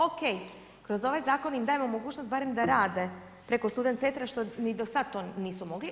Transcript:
OK, kroz ovaj zakon im dajemo mogućnost barem da rade preko student centra što ni do sada to nisu mogli.